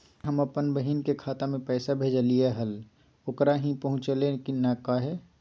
कल्हे हम अपन बहिन के खाता में पैसा भेजलिए हल, ओकरा ही पहुँचलई नई काहे?